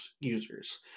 users